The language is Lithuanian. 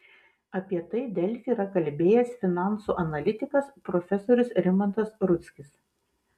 apie tai delfi yra kalbėjęs finansų analitikas profesorius rimantas rudzkis